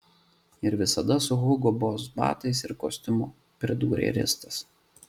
ir visada su hugo boss batais ir kostiumu pridūrė ristas